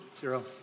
Zero